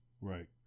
right